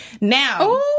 Now